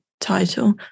title